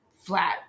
flat